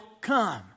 come